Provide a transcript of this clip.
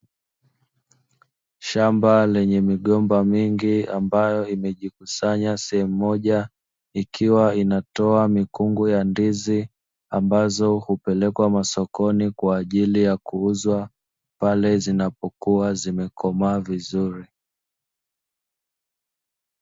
Shamba lenye mikungu ya ndizi ambazo kwa masokoni kwa ajili ya kuuzwa pale zinapokuwa zimekomaa vizuri.